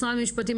משרד המשפטים,